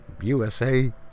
USA